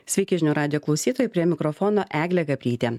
sveiki žinių radijo klausytojai prie mikrofono eglė gabrytė